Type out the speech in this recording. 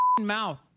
mouth